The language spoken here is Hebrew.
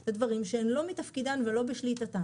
על דברים שהם לא מתפקידן ולא בשליטתן.